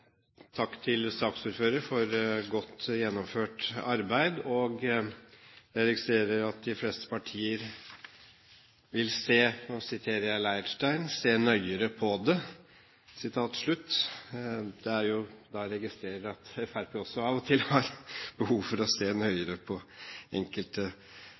Takk til saksordføreren for godt gjennomført arbeid. Jeg registrerer at de fleste partier vil – nå siterer jeg Leirstein – «se nøyere på det». Jeg registrerer at også Fremskrittspartiet av og til har behov for å se nøyere på enkelte